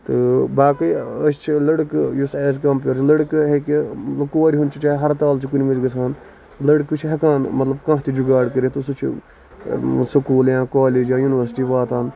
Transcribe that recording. تہٕ باقی أسۍ چھِ لڑکہٕ یُس ایز کَمپیٲڑ ٹہ لڑکہٕ ہیٚکہِ کورِ ہُند چھُ چاہے ہرتال چھُ کُنہِ وِزِ گژھان لڑکہٕ چھُ ہٮ۪کان مطلب کانہہ تہِ جُگاڑ کٔرِتھ تہٕ سُہ چھُ سکوٗل یا کالیج یا یُنورسٹۍ واتان